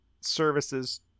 services